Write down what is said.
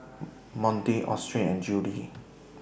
Monty Austen and Juli